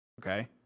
Okay